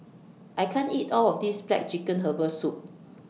I can't eat All of This Black Chicken Herbal Soup